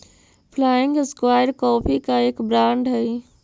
flying squirrel coffee का एक brand हई